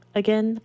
again